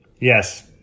Yes